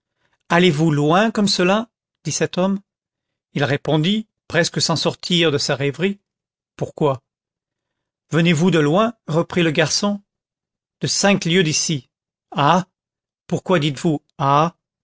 allez-vous loin comme cela dit cet homme il répondit presque sans sortir de sa rêverie pourquoi venez-vous de loin reprit le garçon de cinq lieues d'ici ah pourquoi dites-vous ah